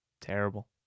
Terrible